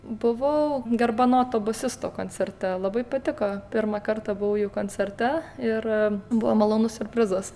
buvau garbanoto bosisto koncerte labai patiko pirmą kartą buvau jų koncerte ir buvo malonus siurprizas